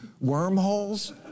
wormholes